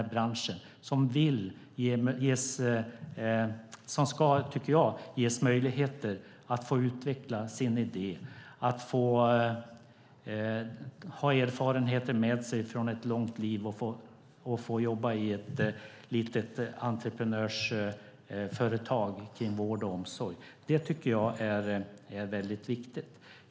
De drivs ofta av kvinnor som ska, tycker jag, ges möjligheter att utveckla sina idéer - de har ofta erfarenheter med sig från ett långt liv - och jobba i små entreprenörsföretag inom vård och omsorg. Det tycker jag är väldigt viktigt.